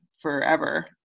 Forever